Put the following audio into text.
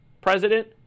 President